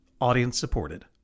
audience-supported